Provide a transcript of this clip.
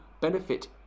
benefit